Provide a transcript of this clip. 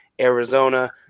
Arizona